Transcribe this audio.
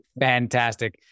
fantastic